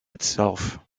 itself